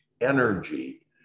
energy